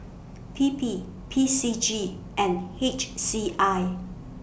P P P C G and H C I